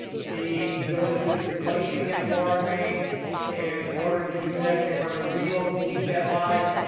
the village is replacing that water main and in order to do that, they want to reload leave that live,